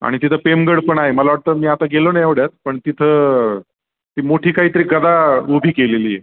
आणि तिथं पेमगड पण आहे मला वाटतं मी आता गेलो नाही एवढ्यात पण तिथं ती मोठी काहीतरी गदा उभी केलेली आहे